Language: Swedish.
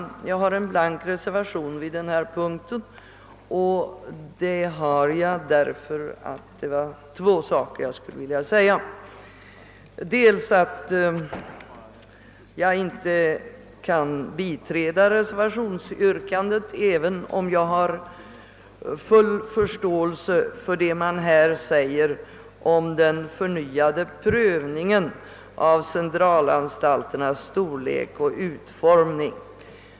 Herr talman! Jag har till denna punkt fogat en blank reservation för att få tillfälle att framhålla två saker. Den första är att jag inte kan biträda reservationsyrkandet, även om jag har full förståelse för förslaget om en förnyad prövning av centralanstalternas storlek och utformning.